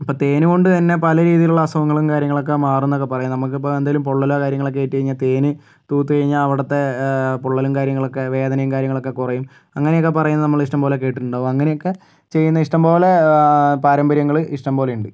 ഇപ്പം തേൻ കൊണ്ട് തന്നെ പല രീതിയിലുള്ള അസുഖങ്ങളും കാര്യങ്ങളൊക്കെ മാറും എന്നൊക്കെ പറയും നമുക്കിപ്പോൾ എന്തെങ്കിലും പൊള്ളലോ കാര്യങ്ങളൊക്കെ ഏറ്റ് കഴിഞ്ഞാൽ തേൻ തൂത്ത് കഴിഞ്ഞാൽ അവിടുത്തെ പൊള്ളലും കാര്യങ്ങളൊക്കെ വേദനയും കാര്യങ്ങളൊക്കെ കുറയും അങ്ങനെയൊക്കെ പറയുന്നത് നമ്മൾ ഇഷ്ടംപോലെ കേട്ടിട്ടുണ്ടാകും അങ്ങനെയൊക്കെ ചെയ്യുന്ന ഇഷ്ടം പോലെ പാരമ്പര്യങ്ങൾ ഇഷ്ടം പോലെയുണ്ട്